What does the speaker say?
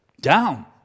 Down